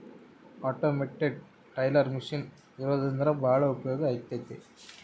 automated teller machine ಇರೋದ್ರಿಂದ ಭಾಳ ಉಪಯೋಗ ಆಗೈತೆ